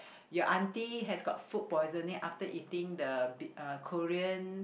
your aunty has got food poisoning after eating the B uh Korean